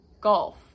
golf